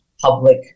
public